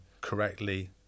correctly